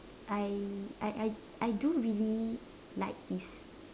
I I I I do really like his